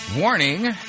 Warning